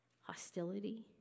Hostility